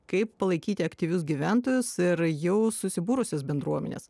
kaip palaikyti aktyvius gyventojus ir jau susibūrusias bendruomenes